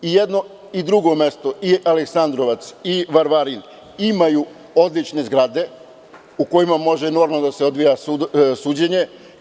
I jedno i drugo mesto i Aleksandrovac i Varvarin imaju odlične zgrade u kojima može normalno da se odvija suđenje.